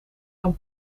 kan